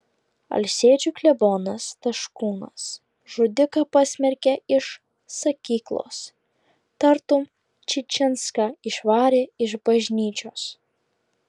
alsėdžių klebonas taškūnas žudiką pasmerkė iš sakyklos tartum čičinską išvarė iš bažnyčios